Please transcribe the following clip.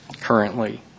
currently